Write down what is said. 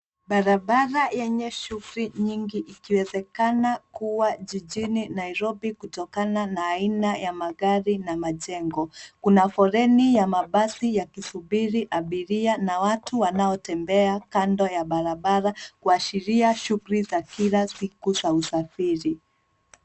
Barabara yenye shughuli nyingi ikiwezekana kuwa jijini Nairobi kutokana na aina ya magari na majengo. Kuna foleni ya mabasi yakisubiri abiria na watu wanaotembea kando ya barabara kuashiria shughuli za kila siku za usafiri.